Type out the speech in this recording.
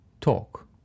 Talk